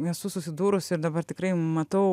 esu susidūrusi ir dabar tikrai matau